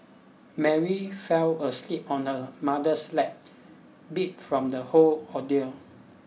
Mary fell asleep on her mother's lap beat from the whole ordeal